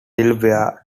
delaware